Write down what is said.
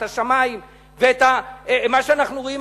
את השמים ואת מה שאנחנו רואים,